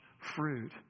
fruit